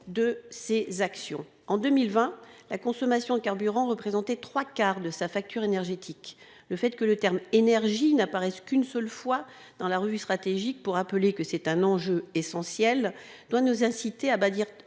de ses actions. En 2020, la consommation de carburant représentait trois quarts de sa facture énergétique. En outre, le fait que le terme « énergie » n'apparaisse qu'une seule fois dans la revue stratégique pour rappeler qu'il s'agit d'un enjeu essentiel doit nous inciter à bâtir